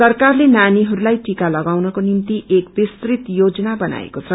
सरकारले नानीहरूलाई टिका लगानउनको निम्ति एक विस्तृत योजना बनाएको छ